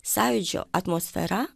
sąjūdžio atmosfera